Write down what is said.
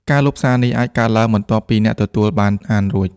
ការលុបសារនេះអាចកើតឡើង បន្ទាប់ពីអ្នកទទួលបានអានរួច។